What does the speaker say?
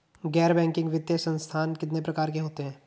गैर बैंकिंग वित्तीय संस्थान कितने प्रकार के होते हैं?